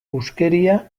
huskeria